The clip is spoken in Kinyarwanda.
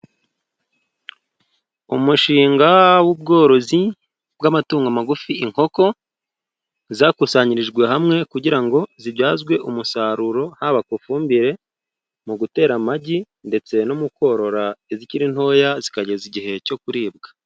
Umushinga w'ubworozi bw'amatungo magufi, inkoko zakusanyirijwe hamwe kugira ngo zibyazwe umusaruro, haba ku fumbire, mu gutera amagi ndetse no mu korora izikiri ntoya zikageza igihe cyo kuribwa.